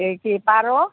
এই কি পাৰ